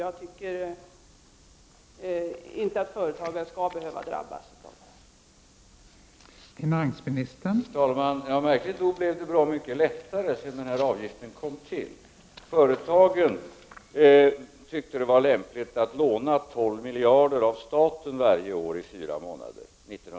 Jag tycker inte att företagare skall behöva drabbas av det här.